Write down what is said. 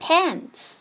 Pants